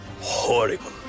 horrible